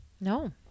No